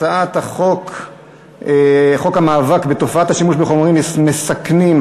הצעת חוק המאבק בתופעת השימוש בחומרים מסכנים,